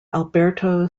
alberto